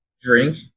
drink